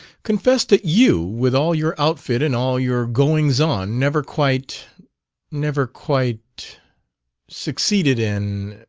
confess that you, with all your outfit and all your goings-on, never quite never quite succeeded in.